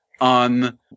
on